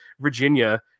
Virginia